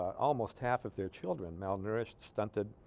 almost half of their children malnourished stunted